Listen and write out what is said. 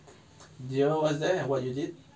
do you remember what's there and what you did